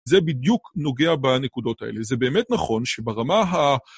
זה בדיוק נוגע בנקודות האלה. זה באמת נכון שברמה ה...